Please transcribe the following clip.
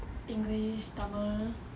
english tamil